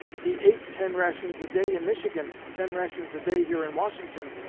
he ate ten rations a day in michigan, ten rations a day here in washington,